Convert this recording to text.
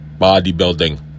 bodybuilding